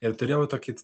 ir turėjau tokį